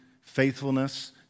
faithfulness